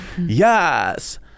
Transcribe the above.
yes